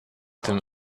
dem